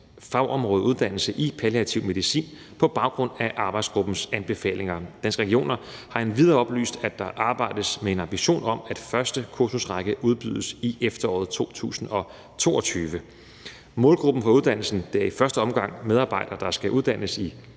fagområdeuddannelse i palliativ medicin på baggrund af arbejdsgruppens anbefalinger. Danske Regioner har endvidere oplyst, at der arbejdes med en ambition om, at første kursusrække udbydes i efteråret 2022. Målgruppen for uddannelsen er i første omgang medarbejdere, der skal uddannes